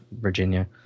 Virginia